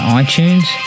iTunes